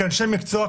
כאנשי מקצוע,